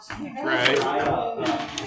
Right